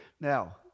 Now